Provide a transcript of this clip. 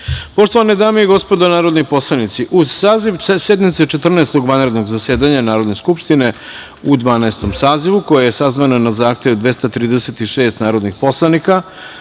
sazivu. Poštovane dame i gospodo narodni poslanici, uz saziv sednice Četrnaestog vanrednog zasedanja Narodne skupštine u Dvanaestom sazivu, koja je sazvana na zahtev 236 narodnih poslanika,